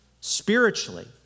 spiritually